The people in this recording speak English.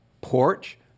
Porch